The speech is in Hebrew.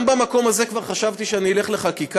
גם במקום הזה כבר חשבתי שאני אלך לחקיקה,